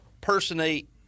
personate